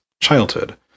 childhood